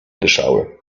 dyszały